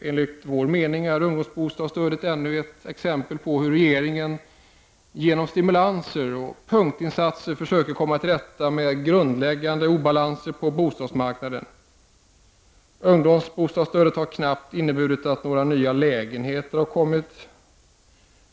Enligt vår mening är ungdomsbostadsstödet ännu ett exempel på hur regeringen genom stimulanser och punktinsatser försöker komma till rätta med grundläggande obalanser på bostadsmarknaden. Ungdomsbostadsstödet har knappast inneburit att några nya lägenheter tillkommit.